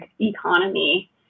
economy